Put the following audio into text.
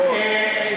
גם בעיראק,